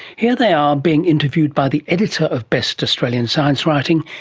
here they are being interviewed by the editor of best australian science writing,